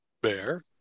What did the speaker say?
Bear